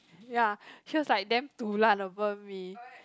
ya she was like damn dulan over me